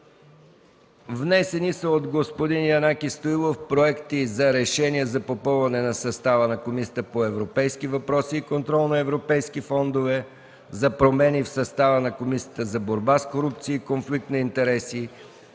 Внесени са от господин Янаки Стоилов проекти за решения: за попълване на състава на Комисията по европейските въпроси и контрол на европейските фондове, за промени в състава на Комисията за борба с корупцията и конфликт на интереси